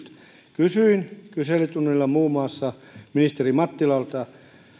kysyin kyselytunnilla muun muassa ministeri mattilalta